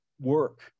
work